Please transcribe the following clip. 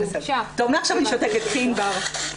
טוב, ענבר בבקשה.